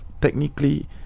technically